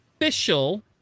official